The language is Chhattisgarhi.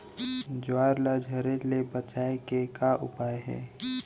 ज्वार ला झरे ले बचाए के का उपाय हे?